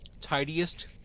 tidiest